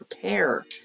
prepare